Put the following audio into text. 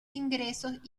ingresos